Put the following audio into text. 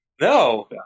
No